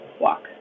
walk